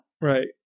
Right